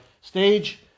stage